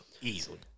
Easily